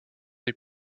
des